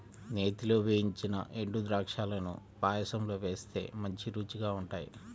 నేతిలో వేయించిన ఎండుద్రాక్షాలను పాయసంలో వేస్తే మంచి రుచిగా ఉంటాయి